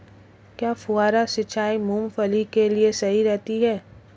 क्या फुहारा सिंचाई मूंगफली के लिए सही रहती है?